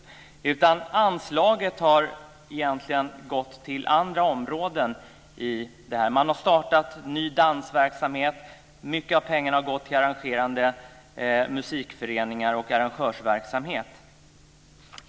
Anslaget har egentligen gått till andra områden. Man har startat en ny dansverksamhet, mycket av pengarna har gått till arrangerande musikföreningar och arrangörsverksamhet.